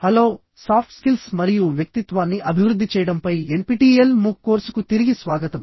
hello soft skills మరియు వ్యక్తిత్వాన్ని అభివృద్ధి చేయడంపై ఎన్పిటిఇఎల్ మూక్ కోర్సుకు తిరిగి స్వాగతం